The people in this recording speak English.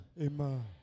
Amen